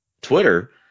Twitter